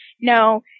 no